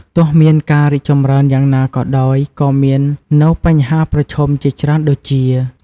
ទោះមានការរីកចម្រើនយ៉ាងណាក៏ដោយក៏មាននៅបញ្ហាប្រឈមជាច្រើន ដូចជា ។